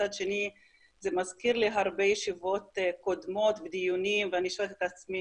מצד שני זה מזכיר לי הרבה ישיבות קודמות ודיונים ואני שואלת את עצמי,